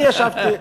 אני ישבתי,